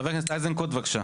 חבר הכנסת איזנקוט, בבקשה.